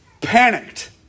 panicked